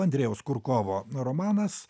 andrejaus kurkovo romanas